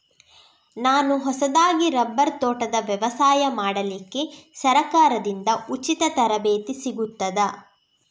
ನಾನು ಹೊಸದಾಗಿ ರಬ್ಬರ್ ತೋಟದ ವ್ಯವಸಾಯ ಮಾಡಲಿಕ್ಕೆ ಸರಕಾರದಿಂದ ಉಚಿತ ತರಬೇತಿ ಸಿಗುತ್ತದಾ?